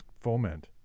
foment